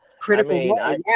Critical